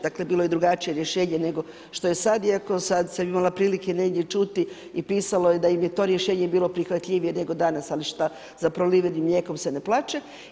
Dakle, bilo je drugačije rješenje nego što je sad, iako sad sam imala prilike negdje čuti i pisalo je da im je to rješenje bilo prihvatljivije nego danas, ali za prolivenim mlijekom se ne plače.